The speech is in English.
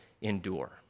endure